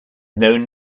known